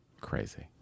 Crazy